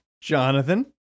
Jonathan